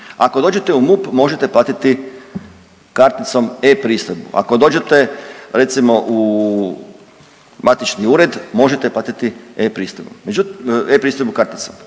Ako dođete u MUP možete platiti karticom e-pristojbu, ako dođete recimo u matični ured možete platiti e-pristojbom,